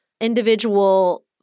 individual